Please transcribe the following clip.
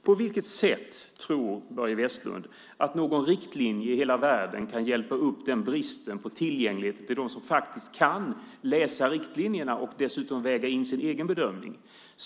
På vilket sätt tror Börje Vestlund att någon riktlinje i hela världen kan förbättra den bristen på tillgänglighet till dem som faktiskt kan läsa riktlinjerna och dessutom väga in sin egen bedömning?